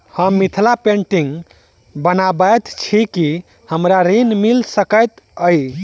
हम मिथिला पेंटिग बनाबैत छी की हमरा ऋण मिल सकैत अई?